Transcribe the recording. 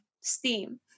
steam